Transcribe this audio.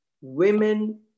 women